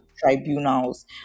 tribunals